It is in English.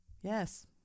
Yes